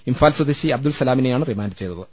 ഇംഫാൽ സ്വദേശി അബ്ദുൾ സലാമിനെയാണ് റിമാൻഡ് ചെയ്തത്